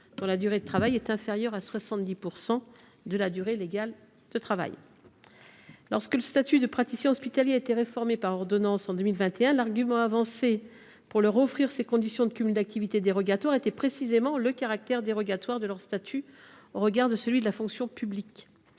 dont la durée du travail est inférieure à 70 % de la durée légale de travail. Lorsque le statut de praticien hospitalier a été réformé par ordonnance en 2021, l’argument avancé pour leur offrir ces conditions dérogatoires de cumul d’activité était précisément le caractère dérogatoire de leur statut au regard de celui de la fonction publique.